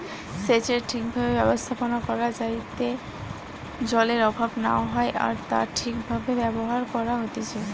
সেচের ঠিক ভাবে ব্যবস্থাপনা করা যাইতে জলের অভাব না হয় আর তা ঠিক ভাবে ব্যবহার করা হতিছে